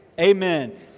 Amen